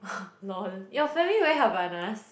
lol your family wear Havainas